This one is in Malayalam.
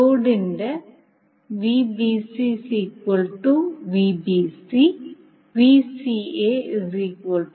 ലോഡിന്റെ Vbc VBC Vca VCA